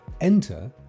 enter